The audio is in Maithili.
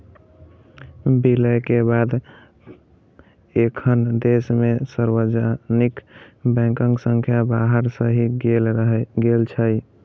विलय के बाद एखन देश मे सार्वजनिक बैंकक संख्या बारह रहि गेल छै